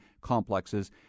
complexes